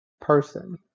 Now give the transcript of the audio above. person